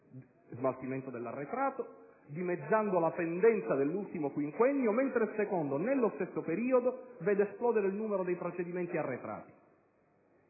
di smaltimento dell'arretrato del 148 per cento, dimezzando la pendenza dell'ultimo quinquennio, mentre il secondo, nello stesso periodo, vede esplodere il numero dei procedimenti arretrati.